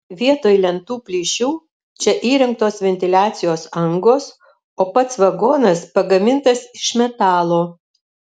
vietoj lentų plyšių čia įrengtos ventiliacijos angos o pats vagonas pagamintas iš metalo